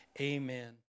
Amen